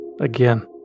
again